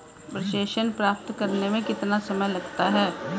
प्रेषण प्राप्त करने में कितना समय लगता है?